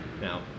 Now